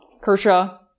Kershaw